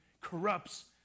corrupts